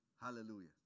Hallelujah